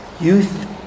youth